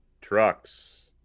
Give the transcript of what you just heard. trucks